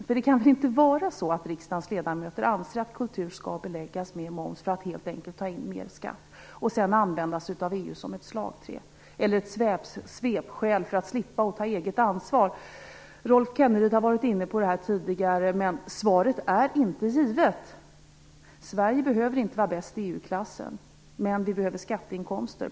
För det kan väl inte vara så att riksdagens ledamöter anser att kultur skall beläggas med moms helt enkelt för att få in mer skatt, och att man använder sig av EU som ett slagträ eller ett svepskäl för att slippa ta eget ansvar? Rolf Kenneryd har varit inne på detta tidigare. Svaret är inte givet. Sverige behöver inte vara bäst i EU-klassen, men Sverige behöver skatteinkomster.